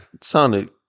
Sounded